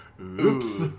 Oops